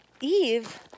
Eve